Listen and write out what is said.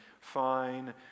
fine